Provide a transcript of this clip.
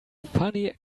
funny